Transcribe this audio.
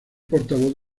portavoz